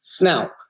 now